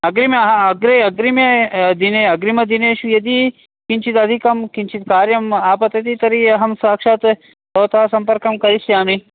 अग्रिमः अग्रिमः अग्रिमे दिने अग्रिमदिनेषु यदि किञ्चिदेकं किञ्चित् कार्यम् आपतति तर्हि अहं साक्षात् भवतः सम्पर्कं करिष्यामि